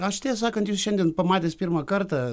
aš tiesą sakant jus šiandien pamatęs pirmą kartą